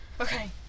okay